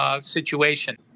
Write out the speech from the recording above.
situation